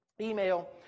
email